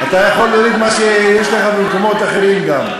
אתה יכול להוריד מה שיש לך במקומות אחרים גם.